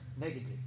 negative